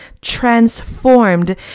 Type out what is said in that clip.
transformed